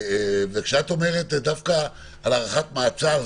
וכשאת אומרת דווקא על הארכת מעצר,